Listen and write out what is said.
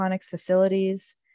facilities